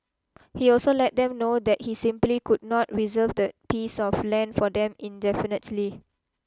he also let them know that he simply could not reserve that piece of land for them indefinitely